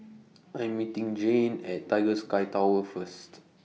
I Am meeting Jayne At Tiger Sky Tower First